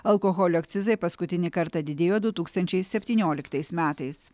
alkoholio akcizai paskutinį kartą didėjo du tūkstančiai septynioliktais metais